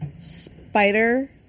spider